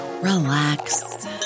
relax